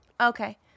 Okay